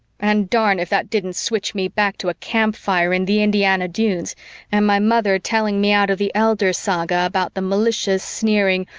and darn if that didn't switch me back to a campfire in the indiana dunes and my mother telling me out of the elder saga about the malicious, sneering,